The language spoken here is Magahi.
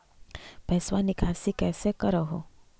पैसवा निकासी कैसे कर हो?